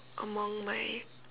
among my